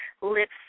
Lips